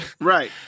Right